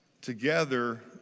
together